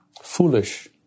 foolish